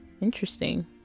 Interesting